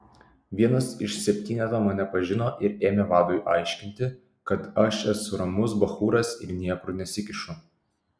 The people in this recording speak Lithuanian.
vienas iš septyneto mane pažino ir ėmė vadui aiškinti kad aš esu ramus bachūras ir niekur nesikišu